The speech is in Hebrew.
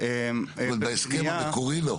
--- בהסכם המקורי לא.